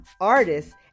artists